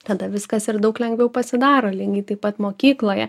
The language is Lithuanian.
tada viskas ir daug lengviau pasidaro lingiai taip pat mokykloje